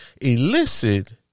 elicit